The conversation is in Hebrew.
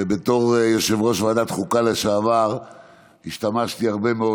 ובתור יושב-ראש ועדת החוקה לשעבר השתמשתי הרבה מאוד